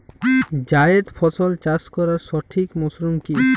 জায়েদ ফসল চাষ করার সঠিক মরশুম কি?